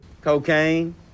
Cocaine